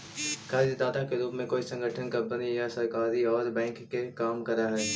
कर्जदाता के रूप में कोई संगठन कंपनी या सरकार औउर बैंक के काम करऽ हई